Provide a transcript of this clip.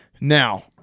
Now